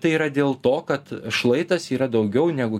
tai yra dėl to kad šlaitas yra daugiau negu